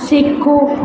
सिखो